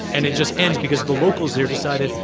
and it just ends because the locals there decided,